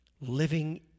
Living